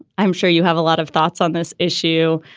i'm sure you have a lot of thoughts on this issue.